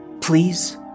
Please